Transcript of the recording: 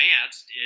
advanced